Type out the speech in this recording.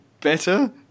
better